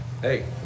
Hey